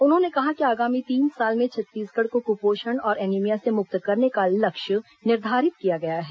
उन्होंने कहा कि आगामी तीन साल में छत्तीसगढ़ को कुपोषण और एनीमिया से मुक्त करने का लक्ष्य निर्धारित किया गया है